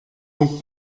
donc